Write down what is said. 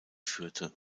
führte